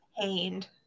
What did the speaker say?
pained